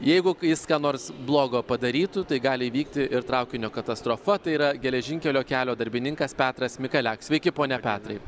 jeigu jis ką nors blogo padarytų tai gali įvykti ir traukinio katastrofa tai yra geležinkelio kelio darbininkas petras mikalek sveiki pone petrai